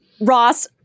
Ross